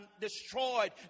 destroyed